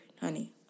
honey